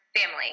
family